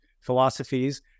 philosophies